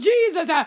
Jesus